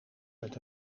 met